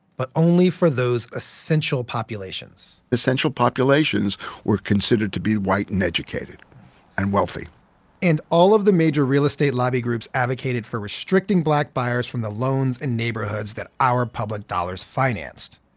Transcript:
but only for those essential populations essential populations were considered to be white and educated and wealthy and all of the major real estate lobby groups advocated for restricting black buyers from the loans and neighborhoods that our public dollars financed.